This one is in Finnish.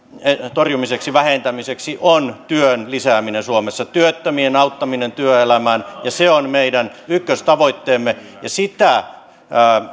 torjumiseksi ja vähentämiseksi on työn lisääminen suomessa työttömien auttaminen työelämään se on meidän ykköstavoitteemme ja